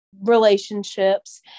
relationships